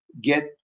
get